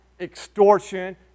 extortion